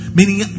Meaning